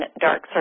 dark